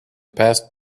passed